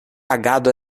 agado